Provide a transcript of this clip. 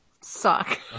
suck